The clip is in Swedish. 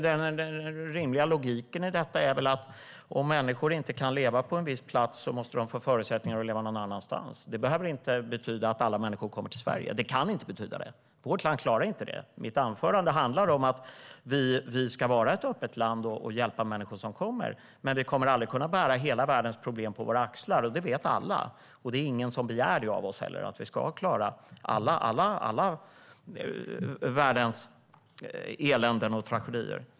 Den rimliga logiken i detta är väl att om människor inte kan leva på en viss plats måste de få förutsättningar att leva någon annanstans. Det behöver inte betyda att alla människor kommer till Sverige, och det kan inte betyda det. Vårt land klarar inte det. Mitt anförande handlar om att vi ska vara ett öppet land och hjälpa människor som kommer. Men vi kommer aldrig att kunna bära hela världens problem på våra axlar. Det vet alla. Det är heller ingen som begär av oss att vi ska klara alla världens eländen och tragedier.